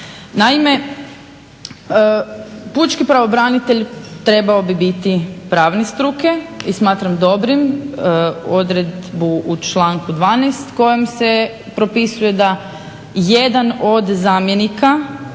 Naime, pučki pravobranitelj trebao bi biti pravne struke i smatram dobrim odredbu u članku 12. kojom se propisuje da jedan od zamjenika